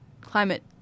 climate